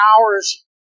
hours